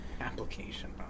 Application